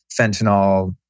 fentanyl